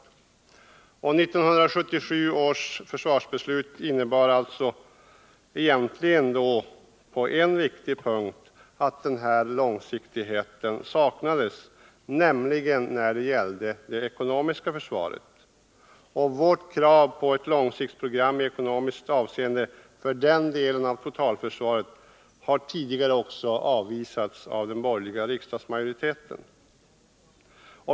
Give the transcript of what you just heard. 1977 års försvarsbeslut innebar emellertid på en viktig punkt att den avsedda långsiktigheten saknades, nämligen när det gällde det ekonomiska försvaret. Vårt krav på ett långsiktsprogram i ekonomiskt avseende för denna del av totalförsvaret har tidigare också avvisats av den borgerliga riksdagsmajoriteten.